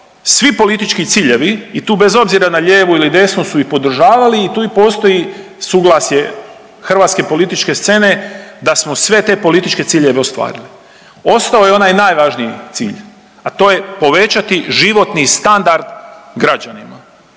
svi politički ciljevi i tu bez obzira na lijevu ili desnu su i podržavali i tu i postoji suglasje hrvatske političke scene da smo sve te političke ciljeve ostvarili. Ostao je onaj najvažniji cilj, a to je povećati životni standard građanima.